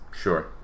Sure